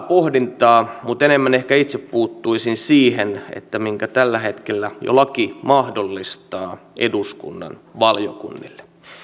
pohdintaa mutta enemmän ehkä itse puuttuisin siihen minkä tällä hetkellä jo laki mahdollistaa eduskunnan valiokunnille